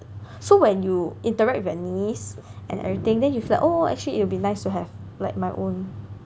so when you interact with your niece and everything then you feel like oh actually it'll be nice to have like my own